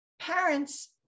parents